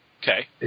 Okay